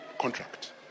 contract